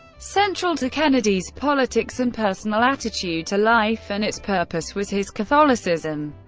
central to kennedy's politics, and personal attitude to life and its purpose was his catholicism,